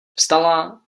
vstala